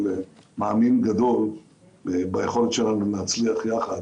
אבל מאמין גדול ביכולת שלנו להצליח יחד